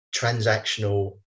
transactional